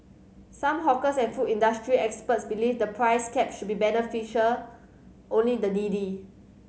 some hawkers and food industry experts believe the price caps should beneficial only the needy